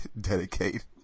dedicate